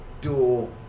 dual